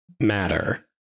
matter